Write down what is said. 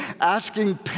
asking